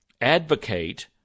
advocate